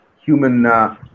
human